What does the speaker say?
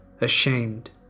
ashamed